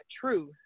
truth